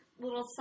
little